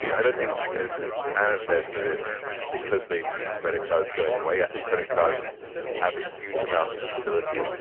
yeah i don't think, as anna says, that it's because they see credit cards going away i think credit cards have a huge amount of utility,